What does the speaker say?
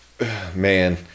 man